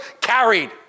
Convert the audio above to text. carried